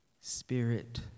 Spirit